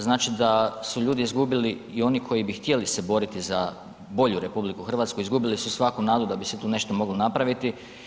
Znači da su ljudi izgubili i oni koji bi htjeli se boriti za bolju RH izgubili su svaku nadu da bi se tu nešto moglo napraviti.